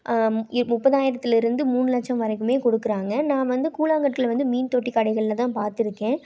இப் முப்பதாயிரத்துலிருந்து மூணு லட்சம் வரைக்குமே குடுக்கறாங்க நா வந்து கூழாங்கற்கள வந்து மீன் தொட்டி கடைகள்ல தான் பாத்துருக்கேன்